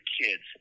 kids